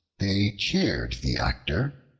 they cheered the actor,